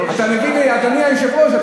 אתה מבין, אדוני היושב-ראש?